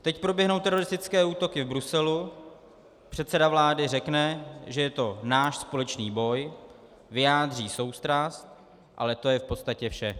Teď proběhnou teroristické útoky v Bruselu, předseda vlády řekne, že je to náš společný boj, vyjádří soustrast, ale to je v podstatě vše.